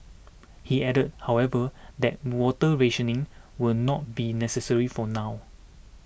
he added however that water rationing will not be necessary for now